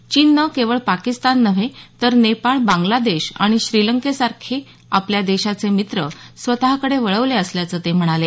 चीननं केवळ पाकिस्तान नव्हे तर नेपाळ बांगलादेश आणि श्रीलंकेसारखे आपल्या देशाचे मित्र स्वतःकडे वळवले असल्याचं ते म्हणाले